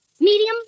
Medium